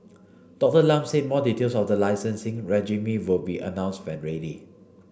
Doctor Lam said more details of the licensing regime will be announced when ready